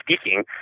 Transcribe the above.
speaking